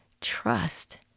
trust